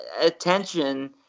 attention